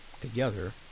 together